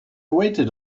waited